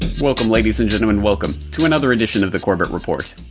welcome ladies and gentlemen, welcome, to another addition of the corbett report.